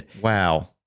Wow